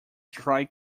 dry